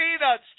peanuts